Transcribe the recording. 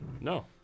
No